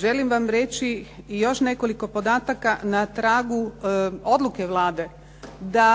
želim vam reći i još nekoliko podataka na tragu odluke Vlade da